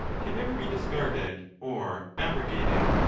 can never be discarded or abrogated.